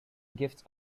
gifts